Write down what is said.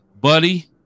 buddy